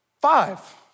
five